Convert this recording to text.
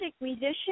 musician